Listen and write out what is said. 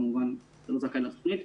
אחרת כמובן אתה לא זכאי לתוכנית,